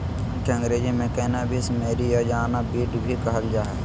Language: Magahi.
भांग के अंग्रेज़ी में कैनाबीस, मैरिजुआना, वीड भी कहल जा हइ